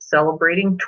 celebrating